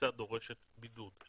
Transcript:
הכניסה דורשת בידוד.